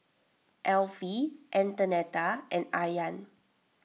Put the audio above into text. Elfie Antonetta and Ayaan